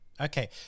Okay